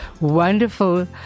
wonderful